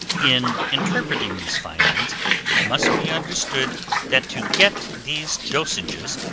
in interpreting these findings it must be understood that to get these dosages,